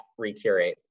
Recurate